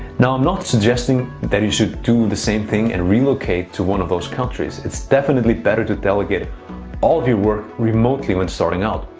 now, i'm not suggesting that you should do the same thing and relocate to one of those countries. it's definitely better to delegate all of your work remotely when starting out.